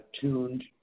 tuned